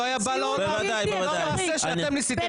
לא היה בא לעולם אם לא המעשה שאתם ניסיתם לעשות.